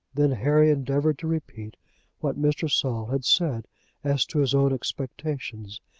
then harry endeavoured to repeat what mr. saul had said as to his own expectations,